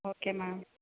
okay ma'am